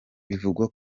bivugwa